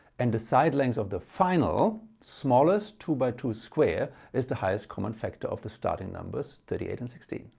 and the side length of the final, smallest two by two square is the highest common factor of the starting numbers thirty eight and sixteen.